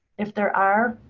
if there are?